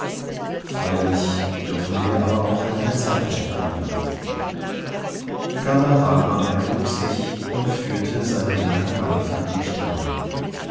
freilich dürfen wir aber auch keine zeit mehr verlieren kala rama erhob sich und führte seine linke hand an die stirn